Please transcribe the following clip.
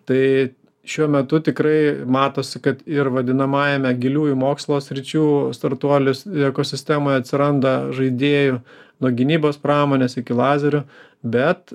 tai šiuo metu tikrai matosi kad ir vadinamajame giliųjų mokslo sričių startuolių ekosistemoj atsiranda žaidėjų nuo gynybos pramonės iki lazerių bet